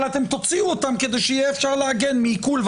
אבל אתם תוציאו אותם כדי שיהיה אפשר להגן מעיקול,